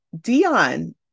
Dion